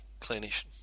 clinician